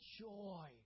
joy